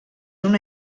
una